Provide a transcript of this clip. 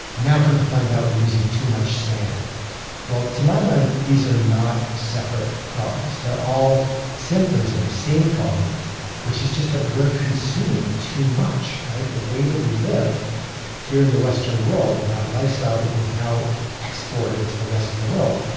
and now come to find out we're using too much sand well to my mind, these are not separate problems. they're all symptoms of the same problem which is that we're consuming too much, right? the way that we live here in the western world and that lifestyle that we've now exported to the rest of the world,